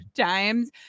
times